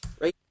right